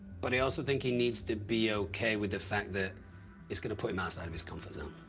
but i also think he needs to be okay with the fact that it's gonna put him outside of his comfort zone.